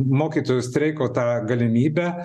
mokytojų streiko tą galimybę